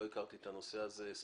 לא הכרתי את הנושא הזה ספציפית.